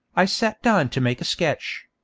i sat down to make a sketch.